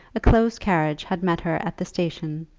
a close carriage had met her at the station,